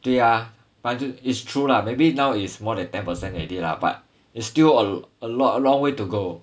对啊 but it's true lah maybe now is more than ten percent already lah but is still a lo~ lo~ long way to go